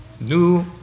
new